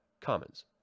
Commons